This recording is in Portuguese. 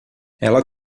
ela